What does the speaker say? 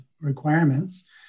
requirements